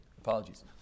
apologies